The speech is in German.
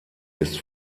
ist